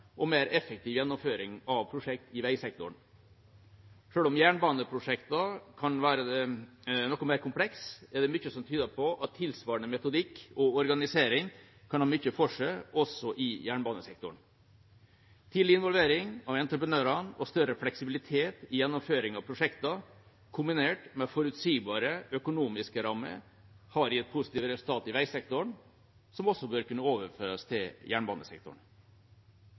og mer effektiv gjennomføring av prosjekt i veisektoren. Selv om jernbaneprosjektene kan være noe mer komplekse, er det mye som tyder på at tilsvarende metodikk og organisering kan ha mye for seg også i jernbanesektoren. Tidlig involvering av entreprenørene og større fleksibilitet i gjennomføringen av prosjekter kombinert med forutsigbare økonomiske rammer har gitt positive resultater i veisektoren, som også bør kunne overføres til jernbanesektoren.